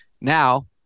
Now